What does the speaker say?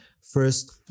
first